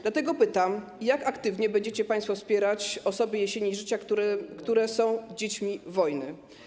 Dlatego pytam: Jak aktywnie będziecie państwo wspierać osoby w jesieni życia, które są dziećmi wojny?